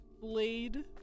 blade